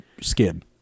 skin